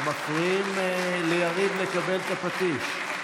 אתם מפריעים ליריב לקבל את הפטיש.